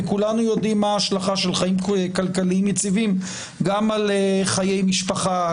וכולנו יודעים מה ההשלכה של חיים כלכליים יציבים גם על חיי משפחה,